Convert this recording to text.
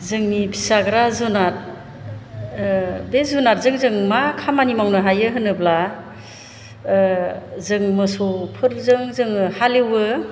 जोंनि फिसिग्रा जुनार बे जुनारजों जों मा खामानि मावनो हायो होनोब्ला जों मोसौफोरजों जोङो हालेवो